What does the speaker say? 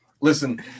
listen